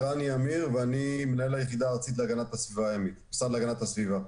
אני מנהל היחידה הארצית להגנת הסביבה הימית מהמשרד להגנת הסביבה.